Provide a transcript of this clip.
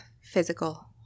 physical